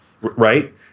right